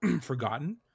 forgotten